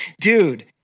Dude